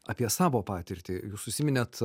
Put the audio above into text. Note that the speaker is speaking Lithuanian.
apie savo patirtį jūs užsiminėt